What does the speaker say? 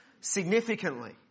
significantly